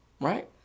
right